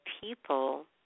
people